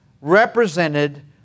represented